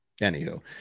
Anywho